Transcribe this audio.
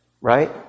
right